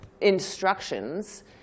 instructions